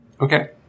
Okay